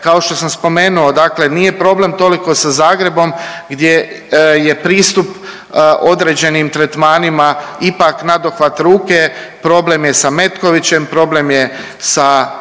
Kao što sam spomenuo dakle nije problem toliko sa Zagrebom gdje je pristup određenim tretmanima ipak nadohvat ruke, problem je sa Metkovićem, problem je sa Pitomačom,